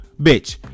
bitch